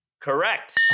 Correct